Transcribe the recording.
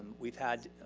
we've had,